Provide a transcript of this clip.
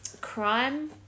crime